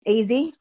Easy